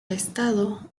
estado